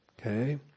Okay